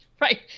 right